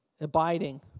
abiding